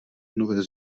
nové